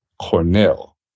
Cornell